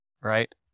Right